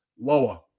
lower